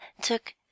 took